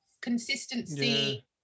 consistency